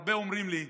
הרבה אומרים לי: